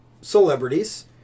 celebrities